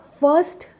first